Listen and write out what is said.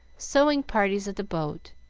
sewing-parties at the boat,